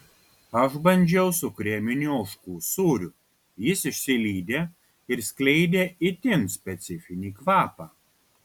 aš bandžiau su kreminiu ožkų sūriu jis išsilydė ir skleidė itin specifinį kvapą